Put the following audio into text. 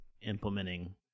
implementing